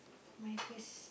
my first